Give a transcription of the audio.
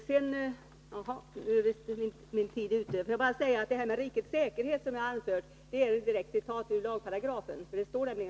Låt mig slutligen säga att vad jag har anfört i svaret om rikets säkerhet är ett direkt citat ur den turkiska medborgarskapslagen.